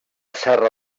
serra